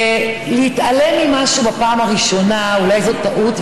להתעלם ממשהו בפעם הראשונה אולי זו טעות,